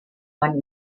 man